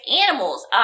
animals